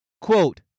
Quote